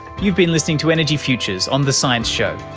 you've been listening to energy futures on the science show,